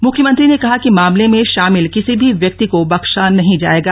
मुख्यमंत्री ने कहा कि मामले में शामिल किसी भी व्यक्ति को बख्शा नहीं जाएगा